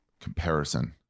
comparison